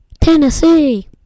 Tennessee